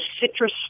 citrus